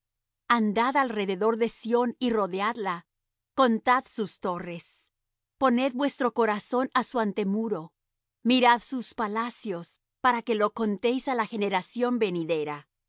andad alrededor de sión y rodeadla contad sus torres poned vuestro corazón á su antemuro mirad sus palacios para que lo contéis á la generación venidera